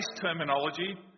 terminology